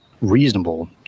reasonable